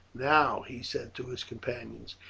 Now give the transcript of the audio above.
now, he said to his companions,